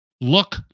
look